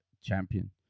champion